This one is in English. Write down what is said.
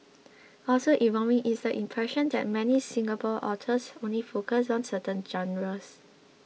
also evolving is the impression that many Singapore authors only focus on certain genres